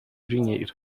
dinheiro